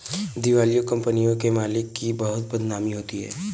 दिवालिया कंपनियों के मालिकों की बहुत बदनामी होती है